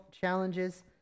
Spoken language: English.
challenges